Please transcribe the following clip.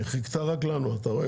היא חיכתה רק לנו, אתה רואה.